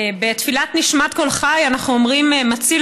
בתפילת נשמת כל חי אנחנו אומרים "מציל